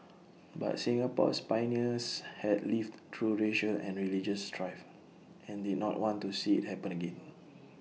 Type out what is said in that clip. but Singapore's pioneers had lived through racial and religious strife and did not want to see IT happen again